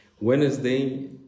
wednesday